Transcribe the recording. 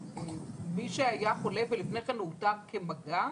מי שהיה חולה ולפני כן אותר כמגע?